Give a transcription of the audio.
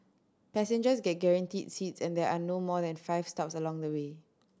passengers get guaranteed seats and there are no more than five stops along the way